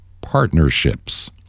partnerships